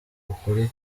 ukuri